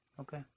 Okay